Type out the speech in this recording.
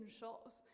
shots